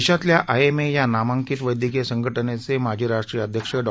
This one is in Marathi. देशातल्या आयएमए या नामांकित वैद्यकीय संघटनेचे माजी राष्ट्रीय अध्यक्ष डॉ